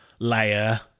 layer